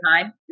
time